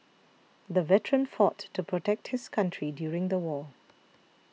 the veteran fought to protect his country during the war